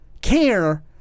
care